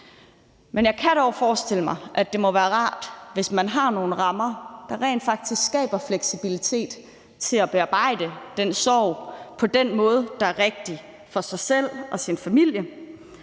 Men jeg kan dog forestille mig, at det må være rart, hvis man har nogle rammer, der skaber fleksibilitet til at bearbejde den sorg på den måde, der er rigtig for en selv og ens familie.